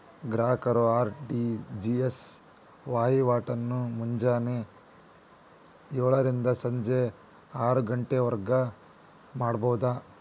ಗ್ರಾಹಕರು ಆರ್.ಟಿ.ಜಿ.ಎಸ್ ವಹಿವಾಟಗಳನ್ನ ಮುಂಜಾನೆ ಯೋಳರಿಂದ ಸಂಜಿ ಆರಗಂಟಿವರ್ಗು ಮಾಡಬೋದು